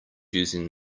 using